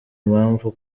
impamvu